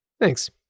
Thanks